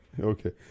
Okay